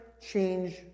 change